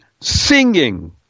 singing